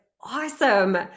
awesome